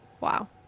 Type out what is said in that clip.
Wow